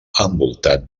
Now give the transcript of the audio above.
envoltat